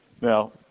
Now